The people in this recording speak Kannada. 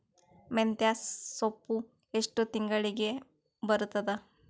ಮೆಂತ್ಯ ಸೊಪ್ಪು ಎಷ್ಟು ತಿಂಗಳಿಗೆ ಬರುತ್ತದ?